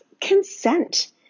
consent